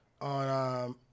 on